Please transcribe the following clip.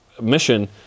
mission